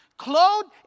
Clothed